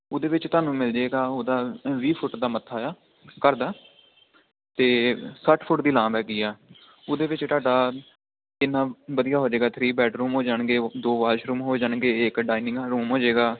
ਉਹਦੇ ਵਿੱਚ ਤੁਹਾਨੂੰ ਮਿਲ ਜਾਏਗਾ ਉਹਦਾ ਵੀਹ ਫੁੱਟ ਦਾ ਮੱਥਾ ਆ ਘਰ ਦਾ ਅਤੇ ਸੱਠ ਫੁੱਟ ਦੀ ਲਾਮ ਹੈਗੀ ਆ ਉਹਦੇ ਵਿੱਚ ਤੁਹਾਡਾ ਕਿੰਨਾ ਵਧੀਆ ਹੋ ਜਾਏਗਾ ਥਰੀ ਬੈਡਰੂਮ ਹੋ ਜਾਣਗੇ ਦੋ ਵਾਸ਼ਰੂਮ ਹੋ ਜਾਣਗੇ ਇੱਕ ਡਾਇਨਿੰਗ ਰੂਮ ਹੋ ਜਾਏਗਾ